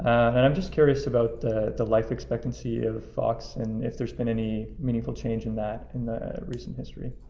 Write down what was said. and i'm just curious about the the life expectancy of fox. and if there's been any meaningful change in that in the recent history.